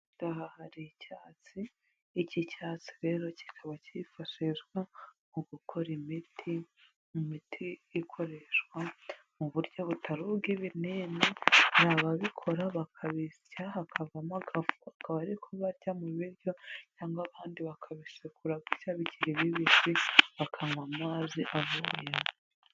Aha hari icyatsi. Iki cyatsi rero kikaba cyifashishwa mu gukora imiti. Imiti ikoreshwa mu buryo butari ubw'ibinini. Hari ababikora bakabisya hakavamo agafu akaba ari barya mu biryo cyangwa abandi bakabisekura gusa bikiri bibisi bakanywa amazi avuyemo.